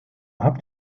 habt